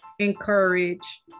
encourage